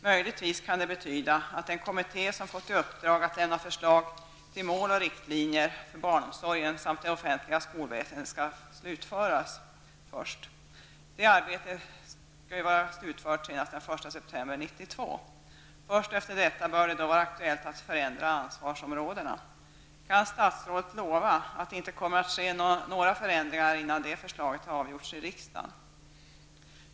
Möjligtvis kan det betyda att den kommitté som fått i uppdrag att lämna förslag till mål och riktlinjer för barnomsorgen samt det offentliga skolväsendet skall slutföra sitt arbete. Det arbetet skall ju vara slutfört senast den 1 september 1992. Först efter detta bör det vara aktuellt att förändra ansvarsområdena. Kan statsrådet lova att det inte kommer att ske några förändringar innan det förslag har avgjorts i riksdagen?